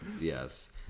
Yes